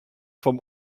vom